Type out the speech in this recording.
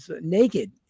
naked